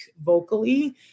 vocally